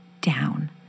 down